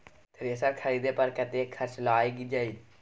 Thresher खरीदे पर कतेक खर्च लाईग जाईत?